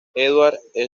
edward